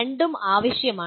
രണ്ടും ആവശ്യമാണ്